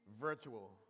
virtual